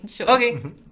Okay